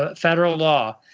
ah federal law,